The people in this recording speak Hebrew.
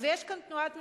אז יש פה תנועת מספריים,